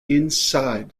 inside